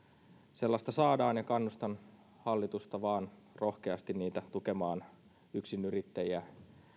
sellaista saadaan ja kannustan hallitusta vain rohkeasti niitä tukemaan yksinyrittäjiä